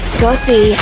Scotty